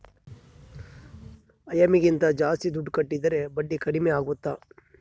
EMI ಗಿಂತ ಜಾಸ್ತಿ ದುಡ್ಡು ಕಟ್ಟಿದರೆ ಬಡ್ಡಿ ಕಡಿಮೆ ಆಗುತ್ತಾ?